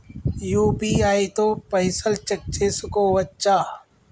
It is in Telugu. యూ.పీ.ఐ తో పైసల్ చెక్ చేసుకోవచ్చా?